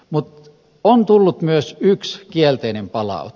mutta on tullut myös yksi kielteinen palaute